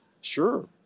Sure